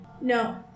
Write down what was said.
no